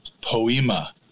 poema